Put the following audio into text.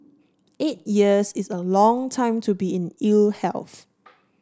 eight years is a long time to be in ill health